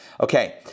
Okay